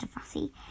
Fussy